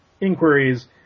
inquiries